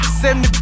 70